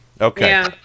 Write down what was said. Okay